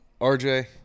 RJ